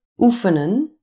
oefenen